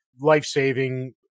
life-saving